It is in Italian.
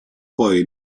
poi